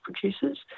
producers